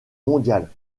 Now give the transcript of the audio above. mondiale